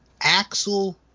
Axel